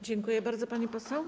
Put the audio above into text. Dziękuję bardzo, pani poseł.